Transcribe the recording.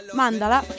mandala